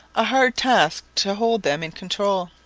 a hard task to hold them in control.